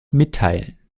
mitteilen